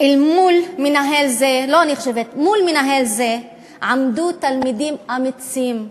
מול מנהל זה עמדו תלמידים אמיצים,